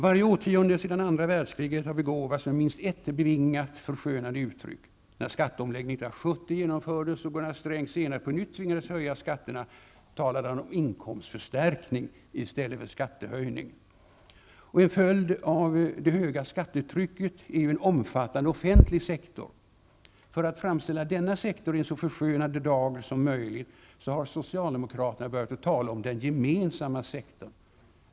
Varje årtionde sedan andra världskriget har begåvats med minst ett bevingat, förskönande uttryck. När skatteomläggningen 1970 genomfördes och Gunnar Sträng senare på nytt tvingades höja skatterna talade han om inkomstförstärkning i stället för skattehöjning. En följd av det höga skattetrycket är en omfattande offentlig sektor. För att framställa denna sektor i en så förskönande dager som möjligt har socialdemokraterna börjat talat om den gemensamma sektorn.